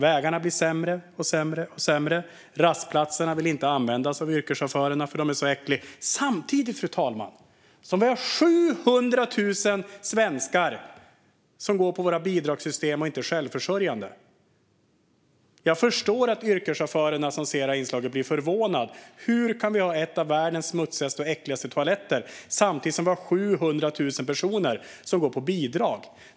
Vägarna blir sämre och sämre. Rastplatserna vill yrkeschaufförerna inte använda för att de är så äckliga. Samtidigt, fru talman, har vi 700 000 svenskar i våra bidragssystem som inte är självförsörjande. Jag förstår att yrkeschaufförerna som ser det här inslaget blir förvånade. Hur kan vi ha bland världens smutsigaste och äckligaste toaletter när vi har 700 000 personer som går på bidrag?